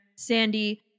Sandy